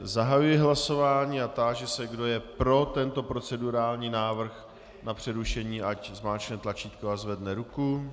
Zahajuji hlasování a táži se, kdo je pro tento procedurální návrh na přerušení, ať zmáčkne tlačítko a zvedne ruku.